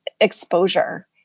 exposure